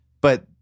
But-